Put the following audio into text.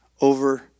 over